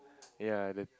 ya the